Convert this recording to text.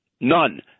None